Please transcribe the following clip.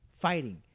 fighting